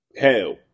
hell